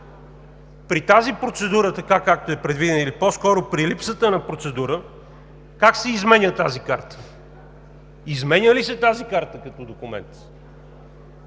При тази процедура така, както е предвидена, или по-скоро при липсата на процедура, как се изменя тази карта? Изменя ли се тази карта като документ?